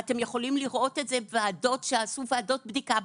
אתם יכולים לראות את זה שעשו ועדות בדיקה.